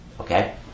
Okay